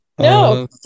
no